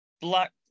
Black